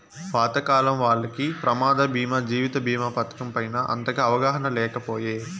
పాతకాలం వాల్లకి ప్రమాద బీమా జీవిత బీమా పతకం పైన అంతగా అవగాహన లేకపాయె